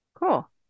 Cool